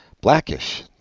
Blackish